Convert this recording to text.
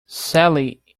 sadly